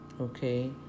okay